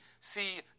see